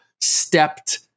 stepped